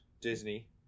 Disney